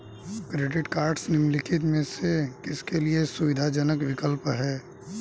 Credit cards निम्नलिखित में से किसके लिए सुविधाजनक विकल्प हैं?